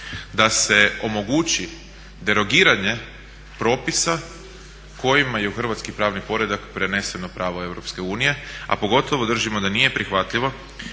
da se omogući derogiranje propisa kojima je u hrvatski pravni poredak preneseno pravo Europske unije, a pogotovo držimo da nije prihvatljivo